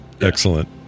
excellent